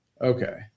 Okay